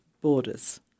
borders